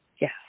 Yes